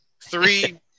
three